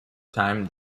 time